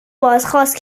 بازخواست